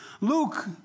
Luke